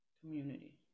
community